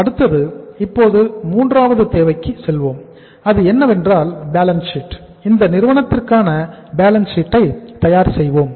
அடுத்தது இப்போது மூன்றாவது தேவைக்கு செல்வோம் அது என்னவென்றால் பேலன்ஸ் சீட் ஐ தயார் செய்வோம்